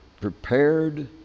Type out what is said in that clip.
prepared